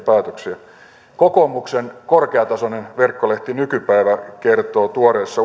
päätöksiä kokoomuksen korkeatasoinen verkkolehti nykypäivä kertoo tuoreessa